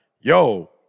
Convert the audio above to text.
yo